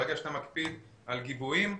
ברגע שאתה מקפיד על גיבויים,